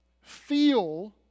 Feel